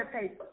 paper